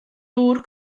dŵr